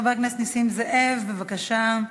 חבר הכנסת נסים זאב, בבקשה.